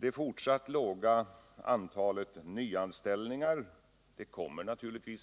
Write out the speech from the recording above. Det fortsatt låga antalet nyanställningar kommer